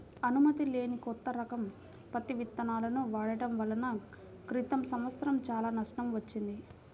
అనుమతి లేని కొత్త రకం పత్తి విత్తనాలను వాడటం వలన క్రితం సంవత్సరం చాలా నష్టం వచ్చింది